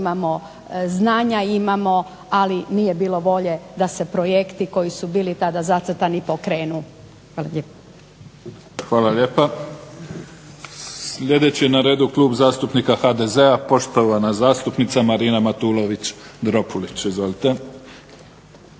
imamo, znanja imamo, ali nije bilo volje da se projekti koji su bili tada zacrtani pokrenu. Hvala lijepo. **Mimica, Neven (SDP)** Hvala lijepa. Sljedeći na redu je Klub zastupnika HDZ-a poštovana zastupnica Marina Matulović-Dropulić. Izvolite.